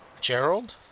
Gerald